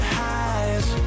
highs